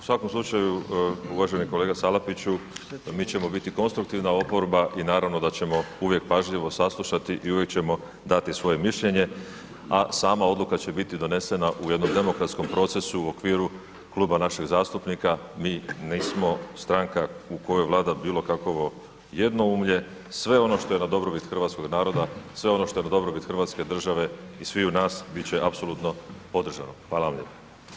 U svakom slučaju uvaženi kolega Salapiću, mi ćemo biti konstruktivna oporba i naravno da ćemo uvijek pažljivo saslušati i uvijek ćemo dati svoje mišljenje a sama odluka će biti donesena u jednom demokratskom procesu u okviru kluba naših zastupnika, mi nismo stranka u kojoj vlada bilokakvo jednoumlje, sve ono što je na dobrobit hrvatskog naroda, sve ono što je na dobrobit hrvatske države i sviju nas, bit će apsolutno podržano, hvala vam lijepa.